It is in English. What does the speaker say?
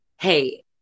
hey